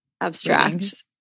abstract